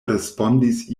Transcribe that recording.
respondis